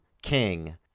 king